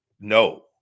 no